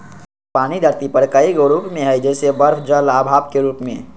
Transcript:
पानी धरती पर कए गो रूप में हई जइसे बरफ जल आ भाप के रूप में